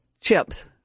chips